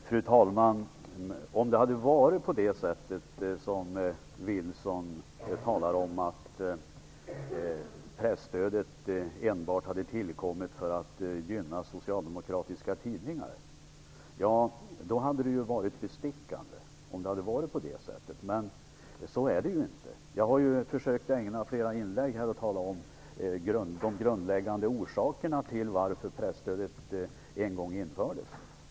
Fru talman! Om det hade varit som Wilson säger, att presstödet enbart hade tillkommit för att gynna socialdemokratiska tidningar, hade hans resonemang varit bestickande. Men så är det ju inte. Jag har i flera inlägg försökt att tala om vilka som var de grundläggande orsakerna till att presstödet en gång infördes.